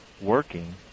working